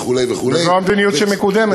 וכו' וכו' וזו המדיניות שמקודמת.